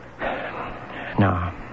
No